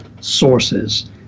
sources